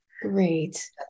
Great